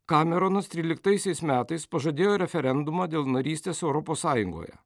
kameronas tryliktaisiais metais pažadėjo referendumą dėl narystės europos sąjungoje